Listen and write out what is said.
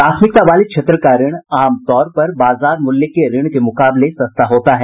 प्राथमिकता वाले क्षेत्र का ऋण आमतौर पर बाजार मूल्य के ऋण के मुकाबले सस्ता होता है